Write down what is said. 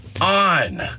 on